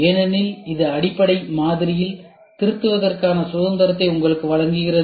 ஏனெனில் இது அடிப்படை மாதிரியில் திருத்துவதற்கான சுதந்திரத்தை உங்களுக்கு வழங்குகிறது